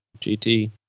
GT